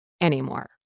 anymore